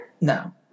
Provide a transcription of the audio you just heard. No